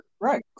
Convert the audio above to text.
right